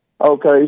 Okay